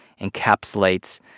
encapsulates